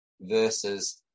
versus